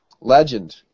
Legend